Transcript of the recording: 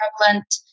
prevalent